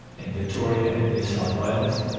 in victoria, and new south wales,